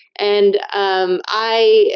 and um i.